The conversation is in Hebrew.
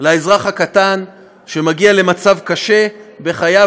לאזרח הקטן שמגיע למצב קשה בחייו,